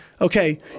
okay